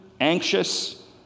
anxious